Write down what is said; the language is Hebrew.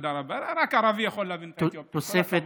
תודה רבה.